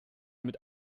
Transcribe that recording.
mit